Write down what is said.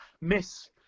miss